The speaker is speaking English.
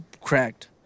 cracked